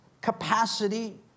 capacity